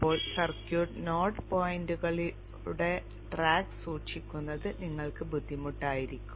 അപ്പോൾ circuit node പോയിന്റുകളുടെ track സൂക്ഷിക്കുന്നത് നിങ്ങൾക്ക് ബുദ്ധിമുട്ടായിരിക്കും